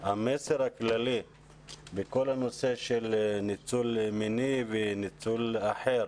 המסר הכללי בכל הנושא של ניצול מיני וניצול אחר